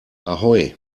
ahoi